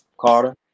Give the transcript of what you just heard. Carter